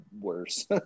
worse